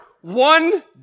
one